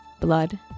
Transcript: blood